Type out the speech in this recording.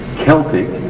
celtic,